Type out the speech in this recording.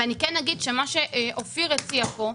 אני כן אגיד שמה שאופיר הציע פה,